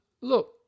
look